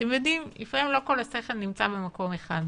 אתם יודעים, לפעמים לא כל השכל נמצא במקום אחד,